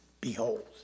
Behold